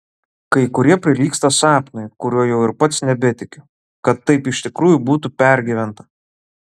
kai kurie prilygsta sapnui kuriuo jau ir pats nebetikiu kad taip iš tikrųjų būtų pergyventa